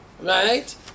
right